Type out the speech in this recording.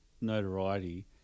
notoriety